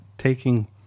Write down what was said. taking